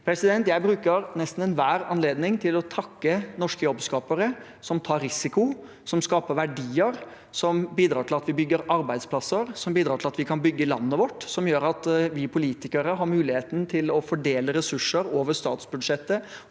Jeg bruker nesten enhver anledning til å takke norske jobbskapere som tar risiko, som skaper verdier, som bidrar til at vi bygger arbeidsplasser, som bidrar til at vi kan bygge landet vårt, som gjør at vi politikere har muligheten til å fordele ressurser over statsbudsjettet,